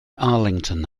arlington